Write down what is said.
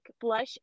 blush